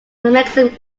mechanism